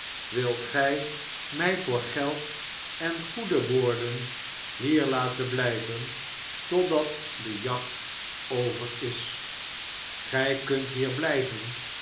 wilt gij mij voor geld en goede woorden hier laten blijven totdat de jacht over is gij kunt hier blijven